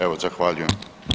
Evo, zahvaljujem.